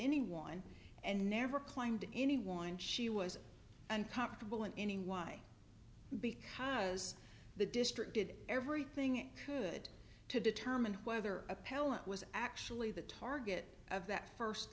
anyone and never claimed anyone she was uncomfortable in any why because the district did everything i could to determine whether appellant was actually the target of that first